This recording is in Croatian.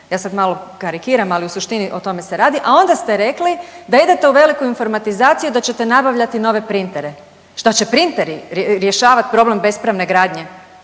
ja sad malo karikiram, ali u suštini o tome se radi, a onda ste rekli da idete u veliku informatizaciju i da ćete nabavljati nove printere, šta će printeri rješavat problem bespravne gradnje